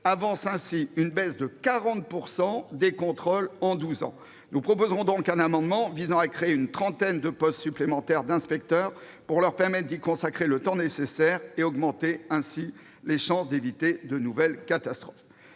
avancent ainsi une baisse de 40 % des contrôles en douze ans. Nous proposerons donc un amendement visant à créer une trentaine de postes d'inspecteurs supplémentaires pour leur permettre d'y consacrer le temps nécessaire et augmenter ainsi les chances d'éviter de nouvelles catastrophes.